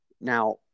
Now